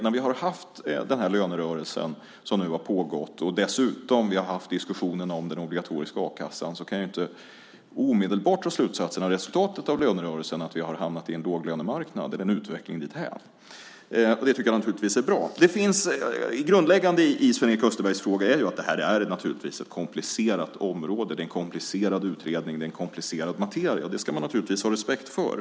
När vi har haft denna lönerörelse som har pågått och dessutom haft diskussioner om den obligatoriska a-kassan kan jag inte omedelbart på grundval av resultatet av lönerörelsen dra slutsatsen att vi har hamnat i en låglönemarknad eller en utveckling dithän. Det tycker jag naturligtvis är bra. Grundläggande i Sven-Erik Österbergs fråga är naturligtvis att det här är ett komplicerat område. Det är en komplicerad utredning och en komplicerad materia. Det ska man naturligtvis ha respekt för.